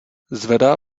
zvedá